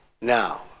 now